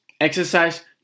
exercise